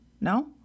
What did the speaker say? No